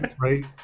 Right